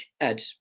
Ed